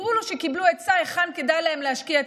סיפרו לו שקיבלו עצה היכן כדאי להם להשקיע את